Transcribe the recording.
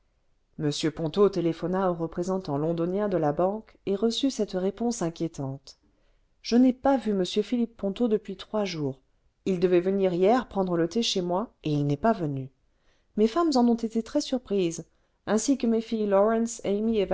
m ponto téléphona au représentant londonnien de la banque et reçut cette réponse inquiétante je n'ai pas vu m philippe ponto depuis trois jours il devait venir hier prendre le thé chez moi et il n'est pas venu mes femmes en ont été très surprises ainsi que mes filles lawrence